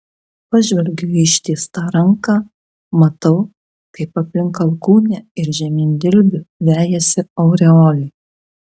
pažvelgiu į ištiestą ranką matau kaip aplink alkūnę ir žemyn dilbiu vejasi aureolė